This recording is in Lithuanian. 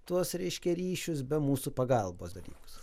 tuos reiškia ryšius be mūsų pagalbos dalykus